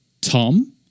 Tom